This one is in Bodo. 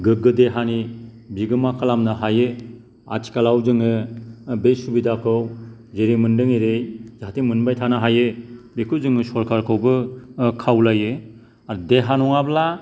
गोगो देहानि बिगोमा खालामनो हायो आथिखालाव जोङो बे सुबिदाखौ जेरै मोन्दों एरै जाहाथे मोनबाय थानो हायो बेखौ जोङो सरकारखौबो खावलायो आरो देहा नङाब्ला